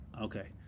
okay